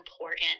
important